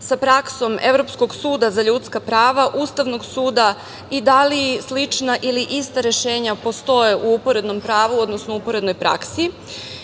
sa praksom Evropskog suda za ljudska prava, Ustavnog suda i da li slična ili ista rešenja postoje u uporednom pravu, odnosno u uporednoj praksi? Koji